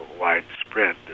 widespread